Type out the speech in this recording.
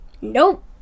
nope